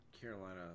Carolina